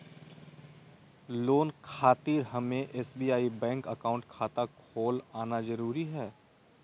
Loan खातिर हमें SBI bank account खाता खोल आना जरूरी है?